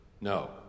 no